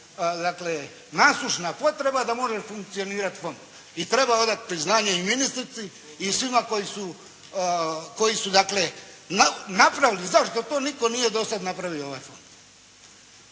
dakle nasušna potreba da može funkcionirati fond i treba odati priznanje i ministrici i svima koji su dakle napravili, zašto to nitko nije do sada napravio ovaj fond.